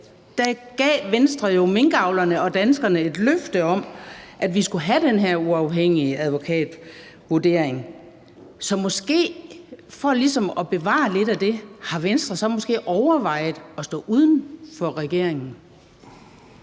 før valget jo minkavlerne og danskerne et løfte om, at vi skulle have den her uafhængige advokatvurdering, så for ligesom at opfylde lidt af det har Venstre så måske overvejet at stå uden for regeringen?